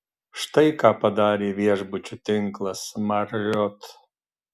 štai ką padarė viešbučių tinklas marriott